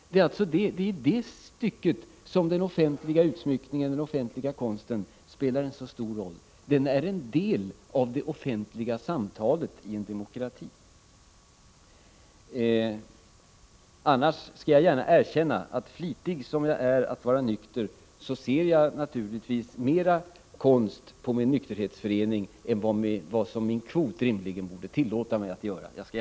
Det är i det sammanhanget som den offentliga utsmyckningen, den offentliga konsten, spelar en så stor roll. Den är en del av det offentliga samtalet i en demokrati. Annars skall jag gärna erkänna, att flitig som jag är när det gäller att vara nykter så ser jag naturligtvis mera konst på min nykterhetsförening än vad min kvot rimligen borde tillåta mig att göra.